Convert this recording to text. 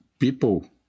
people